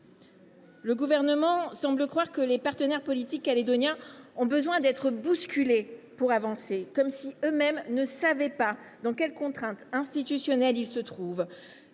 Le Gouvernement semble penser que les partenaires politiques calédoniens ont besoin d’être bousculés pour avancer, comme s’ils ne savaient pas à quelles contraintes institutionnelles ils font